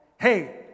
Hey